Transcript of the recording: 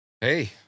Hey